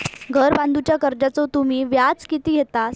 घर बांधूच्या कर्जाचो तुम्ही व्याज किती घेतास?